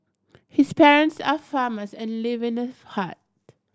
his parents are farmers and live in a hut